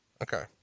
Okay